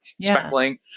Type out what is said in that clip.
speckling